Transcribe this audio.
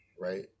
right